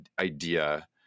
idea